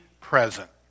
present